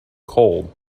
cold